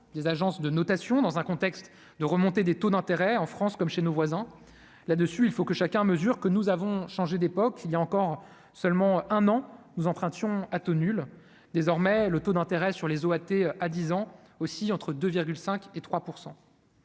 les agences de notation, dans un contexte de remontée des taux d'intérêt en France comme chez nos voisins, là dessus, il faut que chacun mesure que nous avons changé d'époque, il y a encore seulement un an, nous en train de Sion a tenu le désormais le taux d'intérêt sur les OAT à 10 ans aussi entre 2 5 et 3